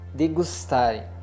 degustarem